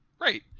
Right